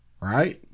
right